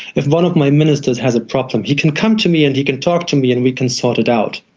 if one of my ministers has a problem he can come to me and he can talk to me and we can sort it out.